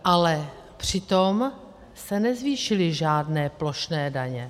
Ale přitom se nezvýšily žádné plošné daně.